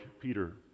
Peter